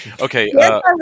Okay